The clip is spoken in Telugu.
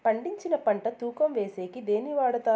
పండించిన పంట తూకం వేసేకి దేన్ని వాడతారు?